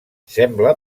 sembla